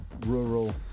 rural